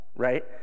right